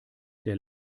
der